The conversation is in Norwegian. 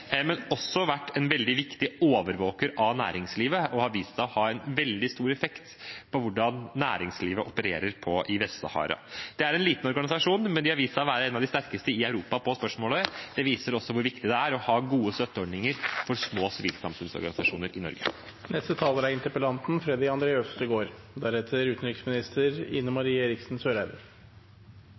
men som også har vært en veldig viktig overvåker av næringslivet og har vist seg å ha en veldig stor effekt på hvordan næringslivet opererer i Vest-Sahara. Det er en liten organisasjon, men de har vist seg å være en av de sterkeste i Europa på spørsmålet. Det viser også hvor viktig det er å ha gode støtteordninger for små sivilsamfunnsorganisasjoner i Norge.